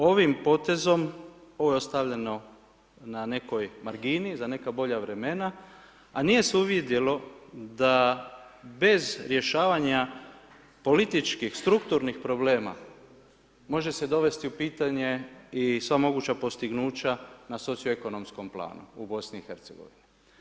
Ovim potezom, ovo je ostavljeno na nekoj margini za neka bolja vremena a nije se uvidjelo da bez rješavanja političkih, strukturnih problema može se dovesti u pitanje i sva moguća postignuća na soci-ekonomskom planu u BiH.